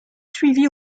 suivis